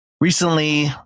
Recently